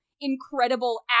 incredible